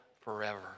forever